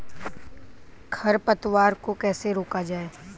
खरपतवार को कैसे रोका जाए?